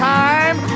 time